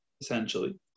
Essentially